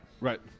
Right